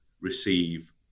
receive